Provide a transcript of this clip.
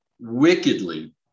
wickedly